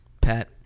Pat